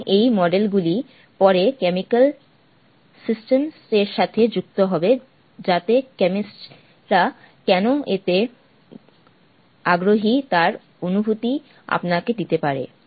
এবং এই মডেল গুলি পরে কেমিকেল সিস্টেমস এর সাথে যুক্ত হবে যাতে কেমিস্টস রা কেন এতে আগ্রহী তার অনুভূতি আপনাকে দিতে পারে